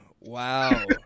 Wow